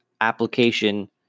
application